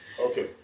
Okay